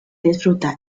disfruta